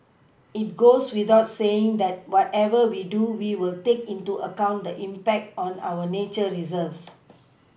it goes without saying that whatever we do we will take into account the impact on our nature Reserves